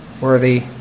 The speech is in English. worthy